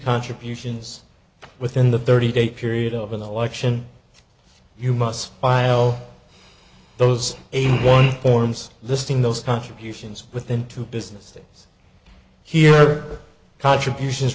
contributions within the thirty day period of an election you must file those eighty one forms listing those contributions within two business things here contributions